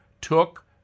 took